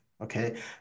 okay